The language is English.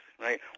right